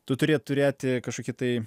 tu turi turėti kažkokį tai